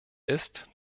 ist